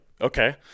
okay